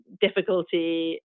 difficulty